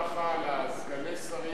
מודעות ברכה לסגני השרים